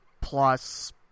plus